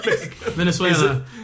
Venezuela